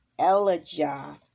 Elijah